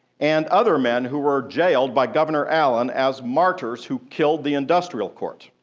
and other men who were jailed by governor allen as martyrs who killed the industrial court.